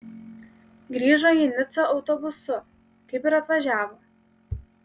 grįžo į nicą autobusu kaip ir atvažiavo